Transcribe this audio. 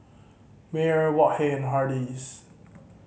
Mayer Wok Hey and Hardy's